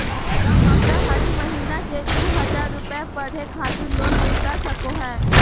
का हमरा हरी महीना दू हज़ार रुपया पढ़े खातिर लोन मिलता सको है?